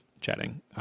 chatting